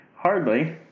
hardly